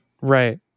Right